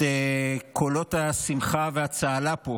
את קולות השמחה והצהלה פה